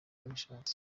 abishatse